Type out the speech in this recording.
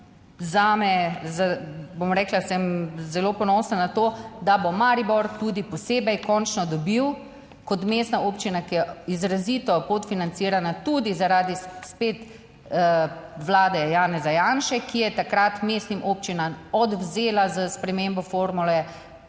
zame, bom rekla, sem zelo ponosna na to, da bo Maribor tudi posebej končno dobil kot mestna občina, ki je izrazito podfinancirana tudi, zaradi, spet, vlade Janeza Janše, ki je takrat mestnim občinam odvzela s spremembo formule